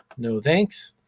no thanks,